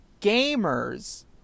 gamers